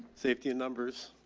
safety in numbers.